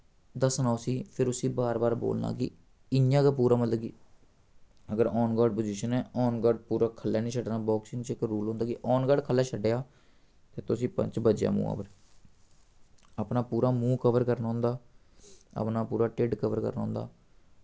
दस्सना उस्सी फिर उस्सी बार बार बोलना कि इ'यां गै पूरा मतलब कि अगर आन गार्ड पोजीशन ऐ आन गार्ड पूरा ख'ल्लै निं छड्ढना बाक्सिंग च इक रूल होंदा कि आन गार्ड थल्लै छड्डेआ ते तुसें पंच बज्जेआ मुहां पर अपना पूरा मूंह् कवर करना होंदा अपना पूरा ढिड्ड कवर करना होंदा